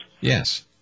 Yes